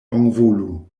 bonvolu